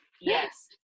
yes